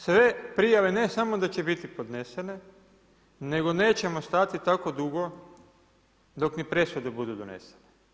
Sve prijave ne samo da će biti podnesene, nego nećemo stati tako dugo dok ni presude budu donesene.